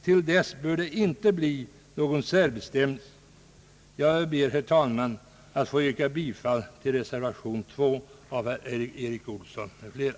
Till dess bör man inte införa någon särbestämmelse. Jag ber, herr talman, att få yrka bifall till reservation 2 av herr Erik Olsson m.fl.